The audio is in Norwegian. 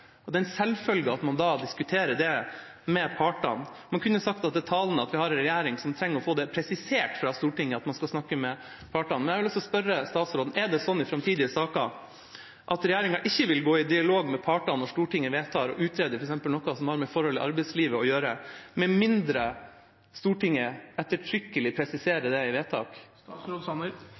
vi det som en selvfølge at man da diskuterer det med partene. Man kunne sagt at det er talende at vi har en regjering som trenger å få presisert fra Stortinget at man skal snakke med partene. Jeg har lyst å spørre statsråden: Vil regjeringa i framtidige saker ikke gå i dialog med partene når Stortinget vedtar å få utredet f.eks. noe som har med forhold i arbeidslivet å gjøre, med mindre Stortinget ettertrykkelig presiserer det i